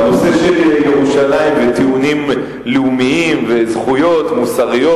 בנושא של ירושלים וטיעונים לאומיים וזכויות מוסריות,